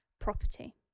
property